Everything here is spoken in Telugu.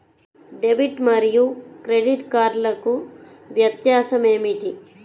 డెబిట్ మరియు క్రెడిట్ కార్డ్లకు వ్యత్యాసమేమిటీ?